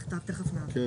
מה אני